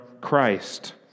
Christ